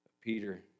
Peter